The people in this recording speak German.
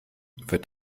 wird